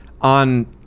on